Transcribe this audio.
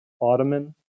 Ottoman